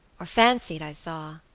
or fancied i saw,